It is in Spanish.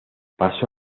pasó